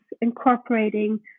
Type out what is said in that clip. incorporating